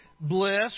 bliss